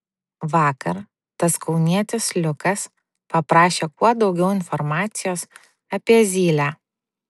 vakar tas kaunietis liukas paprašė kuo daugiau informacijos apie zylę